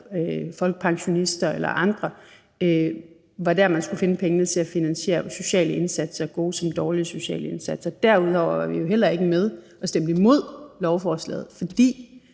folkepensionister eller andre – til at finansiere sociale indsatser, gode såvel som dårlige sociale indsatser. Derudover var vi jo heller ikke med, for vi stemte imod lovforslaget. Det